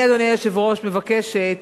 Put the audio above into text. אני, אדוני היושב-ראש, מבקשת